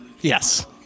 Yes